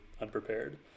unprepared